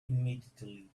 immediately